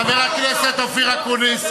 חבר הכנסת אופיר אקוניס,